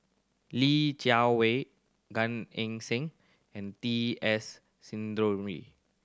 Li Jiawei Gan Eng Seng and T S